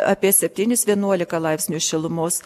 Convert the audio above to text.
apie septynis vienuolika laipsnių šilumos